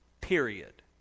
Period